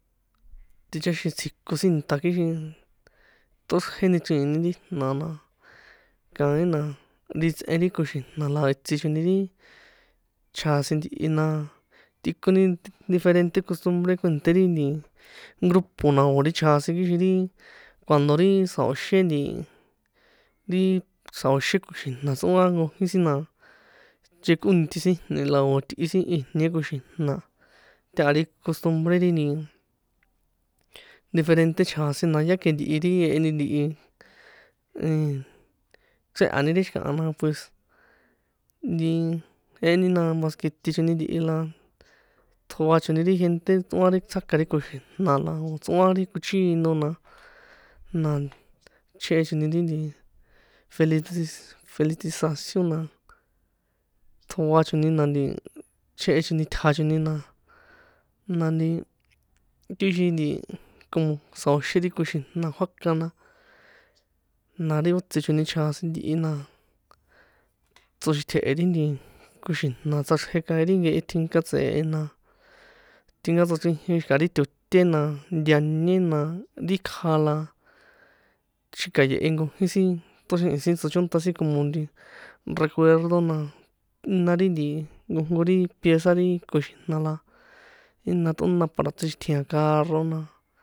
Ticháxi̱n tsji̱ko sin nṭa̱ kixin tꞌoxrjeni chriini ti jna̱ na, kaín na ri tsꞌen ri koxijna̱ la itsi choni ri chjasin ntihi na, tꞌikoni diferente costumbre kuènṭé ri nti grupo na o̱ ri chjasin kixin ri, cuando ri sa̱oxen nti, ri sa̱oxen koxijna̱ tsꞌoan nkojín sin na, nchekꞌonti sin ijni̱ la o̱ tꞌi sin ijniĕ koxijna̱, taha ri costumbre ri nti, diferente chjasin na ya ke ntihi ri jeheni ntihi, nn chréha̱ni ri xi̱kaha na pues, nti jeheni na mas que ti choni la ṭjoa choni ri jente tsꞌoa tsjaka ri koxi̱jna̱ la o̱ tsꞌoan ri kochíno na, na chjehe choni ri nti feli felicitación na ṭjoa choni na nti chjehe tja choni na, na nti kixin nti como sa̱óxiín ri koxi̱jna̱ kjuaka na, na ri ó itsi choni chjasin ntihi na tso̱xitje̱he̱ ri nti koxi̱jna̱ tsꞌaxrje kaín ri nkehe tjinka tse̱e na, tinka tsochrijin xi̱ka̱ ri to̱té na, ntañe na, ri kja la xika̱ye̱he nkojnko sin ṭóxrihi̱n sin tsochónṭa sin como recuerdo na, jína nti nkojnko ri pieza ri koxi̱jna̱ la jína ṭꞌona para tsꞌixitji̱an carro na.